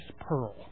pearl